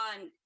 on